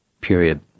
period